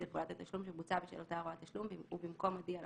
על פעולת התשלום שבוצעה בשל אותה הוראת תשלום" ובמקום "הודיע הלקוח"